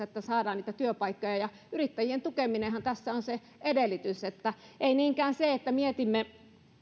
että saadaan niitä työpaikkoja ja yrittäjien tukeminenhan tässä on se edellytys ei niinkään se että mietimme